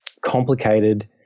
complicated